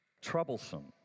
troublesome